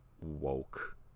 woke